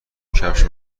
کفش